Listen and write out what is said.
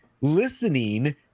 listening